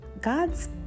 God's